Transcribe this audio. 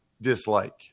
dislike